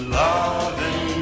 loving